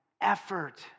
effort